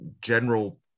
general